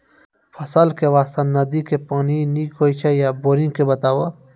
फसलक लेल नदी के पानि नीक हे छै या बोरिंग के बताऊ?